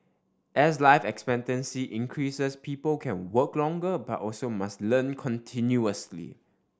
as life expectancy increases people can work longer but also must learn continuously